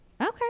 Okay